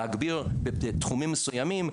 להגביר בתחומים מסוימים.